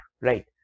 right